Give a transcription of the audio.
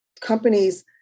companies